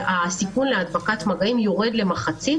שהסיכון להדבקת מגעים יורד למחצית,